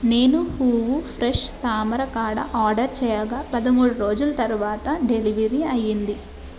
నేను హూవు ఫ్రెష్ తామర కాడ ఆర్డరు చేయగా పదమూడు రోజుల తరువాత డెలివర్ అయ్యింది